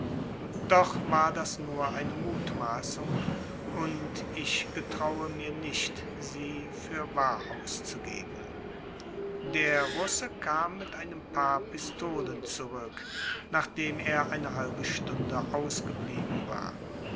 doch war das nur eine mutmaßung und ich getraue mir nicht sie für wahr auszugeben der russe kam mit einem paar pistolen zurück nachdem er eine halbe stunde ausgeblieben war